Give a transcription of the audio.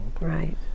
Right